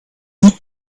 and